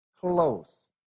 close